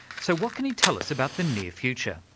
so what can he tell us about the near future?